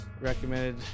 recommended